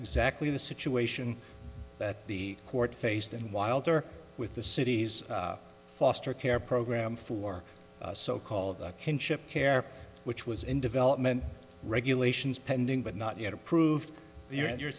exactly the situation that the court faced and wilder with the city's foster care program for so called kinship care which was in development regulations pending but not yet approved here and you're